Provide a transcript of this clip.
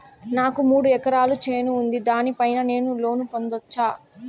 నాకు మూడు ఎకరాలు చేను ఉంది, దాని పైన నేను లోను పొందొచ్చా?